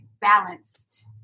balanced